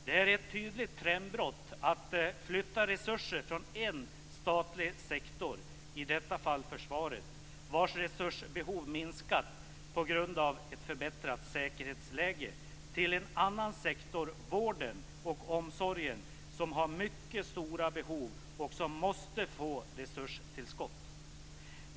Det är ett tydligt trendbrott att flytta resurser från en statlig sektor, i detta fall försvaret, vars resursbehov minskat på grund av ett förbättrat säkerhetsläge, till en annan sektor, vården och omsorgen, som har mycket stora behov och som måste få resurstillskott.